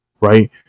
right